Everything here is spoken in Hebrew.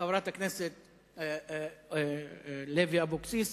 חברת הכנסת לוי אבקסיס,